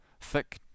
thick